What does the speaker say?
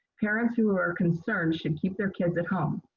parents who are concerned should keep their kids at home.